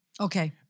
Okay